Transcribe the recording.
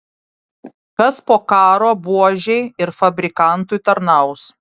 kas po karo buožei ir fabrikantui tarnaus